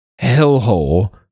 hellhole